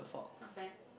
a fan